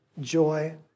joy